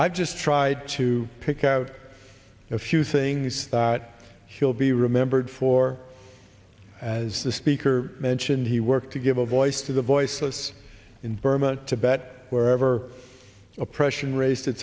i just tried to pick out a few things that he'll be remembered for as the speaker mentioned he worked to give a voice to the voiceless in burma tibet wherever oppression raised it